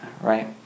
right